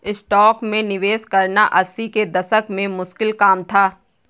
stocks में निवेश करना अस्सी के दशक में मुश्किल काम था